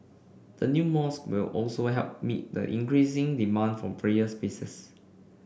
the new mosque will also help meet the increasing demand for prayer spaces